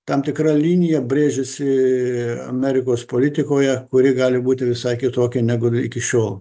tam tikra linija brėžėsi amerikos politikoje kuri gali būti visai kitokia negu iki šiol